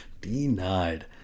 Denied